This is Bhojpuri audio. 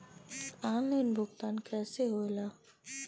ऑनलाइन भुगतान कैसे होए ला?